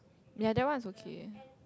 ya that one is okay